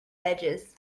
edges